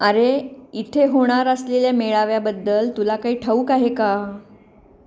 अरे इथे होणार असलेल्या मेळाव्याबद्दल तुला काही ठाऊक आहे का